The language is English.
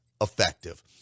effective